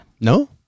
No